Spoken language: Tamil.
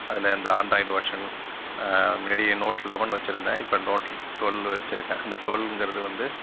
அதில் அந்த ஆண்ராய்டு வர்ஷன் முன்னாடி நோட் லெவன் வச்சுருந்தேன் இப்போ நோட் ட்வல்லு வச்சுருக்கேன் இந்த டுவல்லுங்கிறது வந்து